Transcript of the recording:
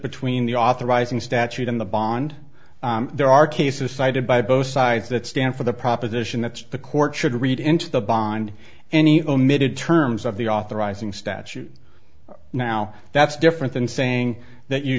between the authorizing statute and the bond there are cases cited by both sides that stand for the proposition that the court should read into the bond any omitted terms of the authorizing statute now that's different than saying that you